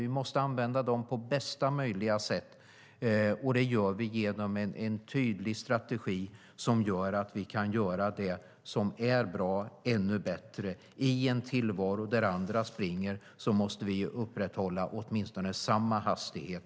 Vi måste använda dem på bästa möjliga sätt, och det gör vi genom en tydlig strategi som innebär att vi kan göra det som är bra ännu bättre. I en tillvaro där andra springer måste vi i Sverige upprätthålla åtminstone samma hastighet.